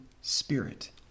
spirit